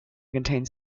contains